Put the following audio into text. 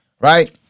right